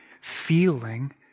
feeling